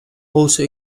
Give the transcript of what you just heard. also